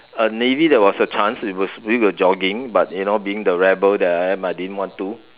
uh navy there was a chance it was we were jogging but you know being the rebel that I am I didn't want to